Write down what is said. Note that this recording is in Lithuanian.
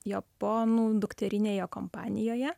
japonų dukterinėje kompanijoje